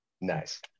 Nice